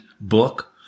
book